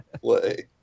play